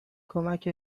کمکت